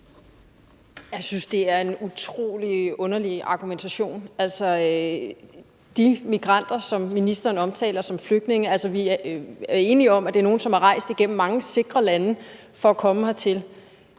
Jeg synes, det er en utrolig underlig argumentation. Altså, de migranter, som ministeren omtaler som flygtninge, er vi enige om er nogle, som er rejst igennem mange sikre lande for at komme hertil,